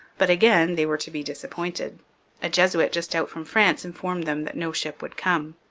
but again they were to be disappointed a jesuit just out from france informed them that no ship would come.